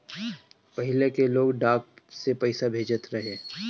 पहिले के लोग डाक से पईसा भेजत रहे